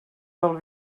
del